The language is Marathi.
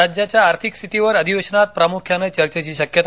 राज्याच्या आर्थिक स्थितीवर अधिवेशनात प्रामुख्याने चर्चेची शक्यता